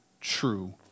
true